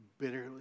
bitterly